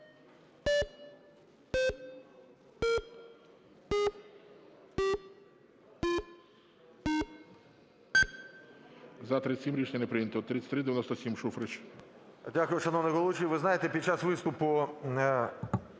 Дякую, шановні колеги.